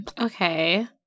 Okay